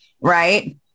right